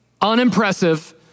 unimpressive